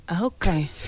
Okay